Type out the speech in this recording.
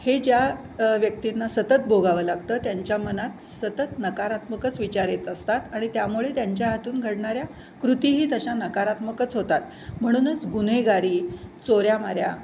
हे ज्या व्यक्तींना सतत भोगावं लागतं त्यांच्या मनात सतत नकारात्मकच विचार येत असतात आणि त्यामुळे त्यांच्या हातून घडणाऱ्या कृतीही तशा नकारात्मकच होतात म्हणूनच गुन्हेगारी चोऱ्यामाऱ्या